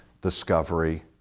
discovery